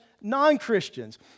non-Christians